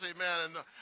amen